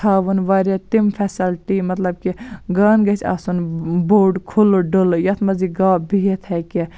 تھاوُن واریاہ تِم فیسلٹی مطلب کہِ گان گژھِ آسُن بوٚڈ کھُلہٕ ڈُلہٕ یَتھ منٛز یہِ گاو بِہِتھ ہٮ۪کہِ